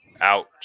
Ouch